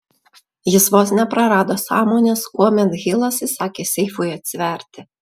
jis vos neprarado sąmonės kuomet hilas įsakė seifui atsiverti